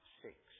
six